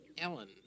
Ellen